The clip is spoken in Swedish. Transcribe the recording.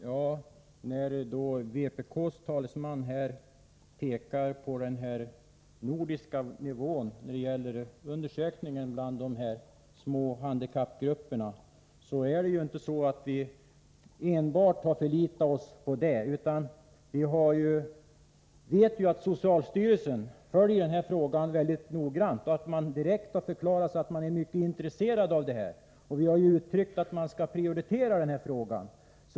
Herr talman! Vpk:s talesman pekade på den nordiska projektundersökningen avseende de små handikappgrupperna, men vi har inte enbart förlitat oss till den. Vi vet att socialstyrelsen följer den här verksamheten mycket noggrant och direkt har förklarat sig vara mycket intresserad av den. Vi har också givit uttryck för att denna fråga skall prioriteras.